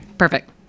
perfect